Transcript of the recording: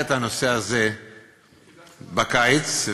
בקיץ,